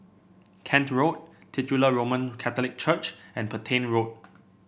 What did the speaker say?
Kent Road Titular Roman Catholic Church and Petain Road